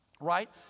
right